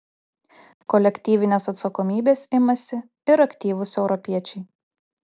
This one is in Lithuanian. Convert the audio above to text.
kolektyvinės atsakomybės imasi ir aktyvūs europiečiai